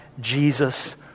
Jesus